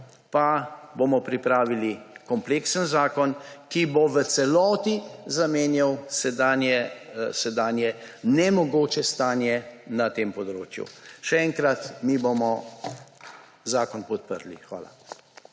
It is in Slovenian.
pa bomo pripravili kompleksen zakon, ki bo v celoti zamenjal sedanje nemogoče stanje na tem področju. Še enkrat, mi bomo zakon podprli. Hvala.